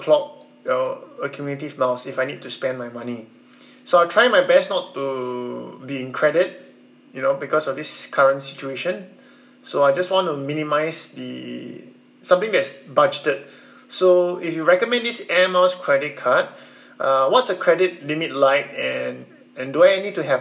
clock you know accumulative miles I need to spend my money so I try my best not to be in credit you know because of this current situation so I just wanna minimize the something that's budgeted so if you recommend this air miles credit card uh what's the credit limit like and and do I need to have